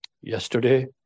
Yesterday